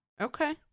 okay